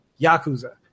Yakuza